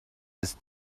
ist